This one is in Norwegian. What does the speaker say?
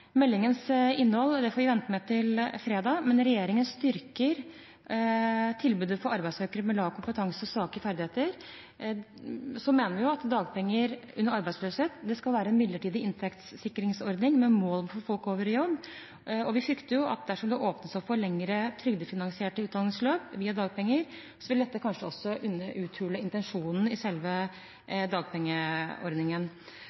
Meldingens innhold får vi vente med til fredag, men regjeringen styrker tilbudet for arbeidssøkere med lav kompetanse og svake ferdigheter. Så mener vi at dagpenger under arbeidsløshet skal være en midlertidig inntektssikringsordning med mål om å få folk over i jobb. Vi frykter at dersom det åpnes opp for lengre trygdefinansierte utdanningsløp via dagpenger, vil dette kanskje også kunne uthule intensjonen i selve